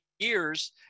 years